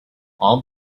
all